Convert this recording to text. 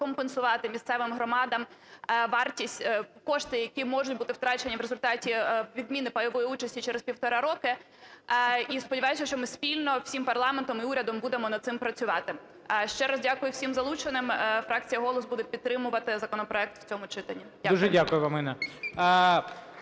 компенсувати місцевим громадам вартість… кошти, які можуть бути втрачені в результаті відміни пайової участі через півтора року. І сподіваюся, що ми спільно всім парламентом і урядом будемо над цим працювати. Ще раз дякую всім залученим. Фракція "Голос" буде підтримувати законопроект в цьому читанні. Дякую.